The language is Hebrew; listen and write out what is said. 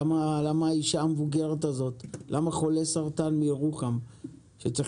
למה האישה המבוגרת או חולה סרטן מירוחם שצריך